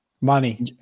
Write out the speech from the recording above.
Money